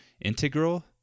Integral